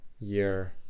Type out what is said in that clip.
year